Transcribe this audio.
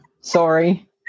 Sorry